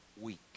week